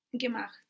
Gemacht